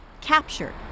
Captured